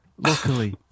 Luckily